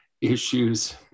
issues